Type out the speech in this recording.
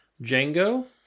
Django